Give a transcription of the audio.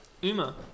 Uma